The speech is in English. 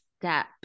step